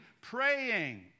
praying